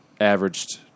averaged